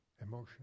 emotion